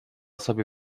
sobie